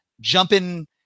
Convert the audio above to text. jumping